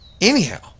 anyhow